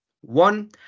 One